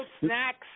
snacks